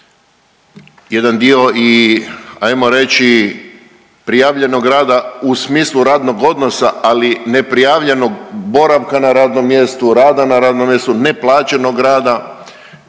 reći prijavljenog rada u smislu radnog odnosa, ali neprijavljenog boravka na radnom mjestu, rada na radnom